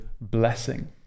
blessing